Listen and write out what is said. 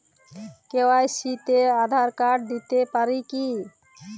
KYC তে Aadhaar card দিতে পারি কি?